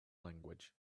language